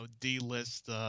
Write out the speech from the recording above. D-list